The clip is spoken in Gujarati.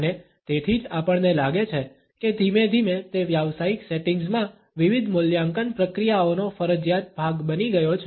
અને તેથી જ આપણને લાગે છે કે ધીમે ધીમે તે વ્યાવસાયિક સેટિંગ્સમાં વિવિધ મૂલ્યાંકન પ્રક્રિયાઓનો ફરજિયાત ભાગ બની ગયો છે